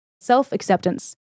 Self-acceptance